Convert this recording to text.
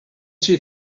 she